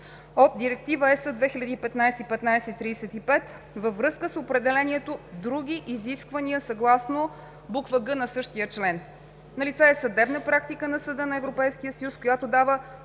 от Директива (ЕС)2015/1535 във връзка с определението „други изисквания“ съгласно буква „г“ на същия член. Налице е съдебна практика на Съда на Европейския съюз, която дава